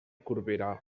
corberà